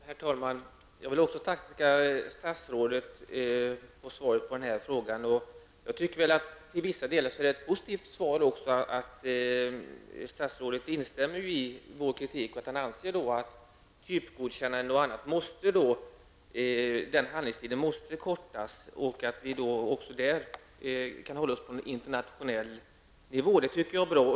Herr talman! Även jag vill tacka statsrådet för svaret på min fråga. Till vissa delar är svaret positivt, eftersom statsrådet instämmer i vår kritik och säger att handläggningstiden för typgodkännanden måste förkortas så att vi även på detta område kan hålla oss på en internationell nivå. Det är bra.